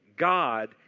God